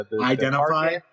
Identify